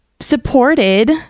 supported